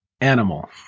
animal